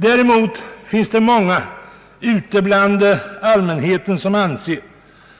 Däremot finns det många bland allmänheten som anser